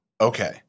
Okay